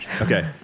Okay